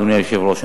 אדוני היושב-ראש,